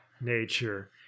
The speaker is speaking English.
nature